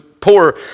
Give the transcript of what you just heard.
poor